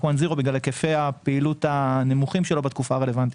One Zero בגלל היקפי הפעילות הנמוכים שלו בתקופה הרלוונטית.